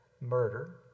murder